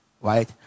Right